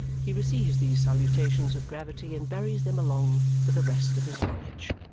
he receives these salutations with gravity and buries them along with the rest of his knowledge.